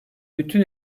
bütün